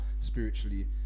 spiritually